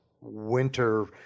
winter